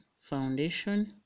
foundation